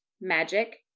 magic